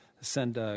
send